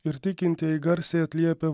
ir tikintieji garsiai atliepia